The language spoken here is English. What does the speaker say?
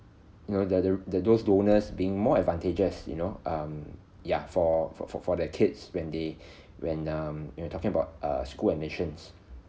you know the the those donors being more advantages you know um ya for for for for their kids when they when um you were talking about err school admissions